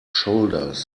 shoulders